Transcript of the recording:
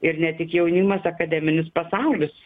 ir ne tik jaunimas akademinis pasaulis